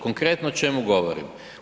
Konkretno o čemu govorim?